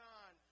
on